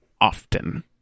often